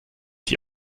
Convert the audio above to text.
die